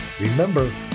Remember